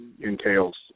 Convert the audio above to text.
entails